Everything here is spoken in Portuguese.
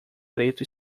preto